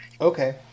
Okay